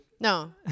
No